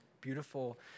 beautiful